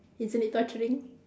isn't it torturing